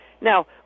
now